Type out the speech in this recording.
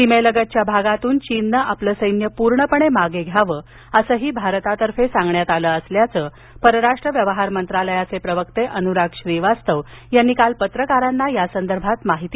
सीमेलगतच्या भागातून चीननं आपलं सैन्य पूर्णपणे मागं घ्यावं असंही भारतातर्फे सांगण्यात आलं असल्याचं परराष्ट्र व्यवहार मंत्रालयाचे प्रवक्ते अनुराग श्रीवास्तव यांनी काल पत्रकारांना यासंदर्भात माहिती देताना सांगितलं